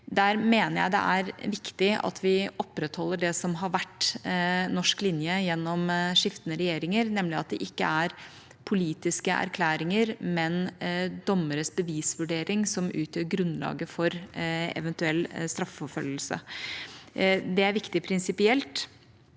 Her mener jeg det er viktig at vi opprettholder det som har vært norsk linje gjennom skiftende regjeringer, nemlig at det ikke er politiske erklæringer, men dommeres bevisvurdering som utgjør grunnlaget for en eventuell straffeforfølgelse. Det er viktig prinsipielt,